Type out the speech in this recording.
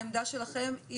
העמדה שלכם,